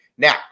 Now